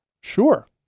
Sure